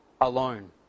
alone